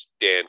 Dan